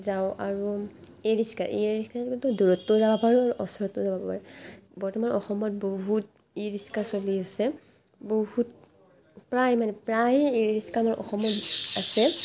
যাওঁ আৰু e rickshaw ই ৰিস্কাটো দূৰতো যাব পাৰোঁ ওচৰতো যাব পাৰোঁ বৰ্তমান অসমত বহুত ই ৰিক্সা চলি আছে বহুত প্ৰায় মানে প্ৰায় ই ৰিক্সা আমাৰ অসমত আছে